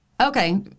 okay